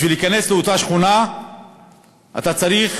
בשביל להיכנס לאותה שכונה אתה צריך